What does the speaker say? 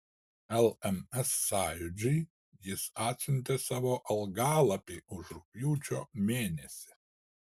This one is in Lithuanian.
lms sąjūdžiui jis atsiuntė savo algalapį už rugpjūčio mėnesį